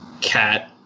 Cat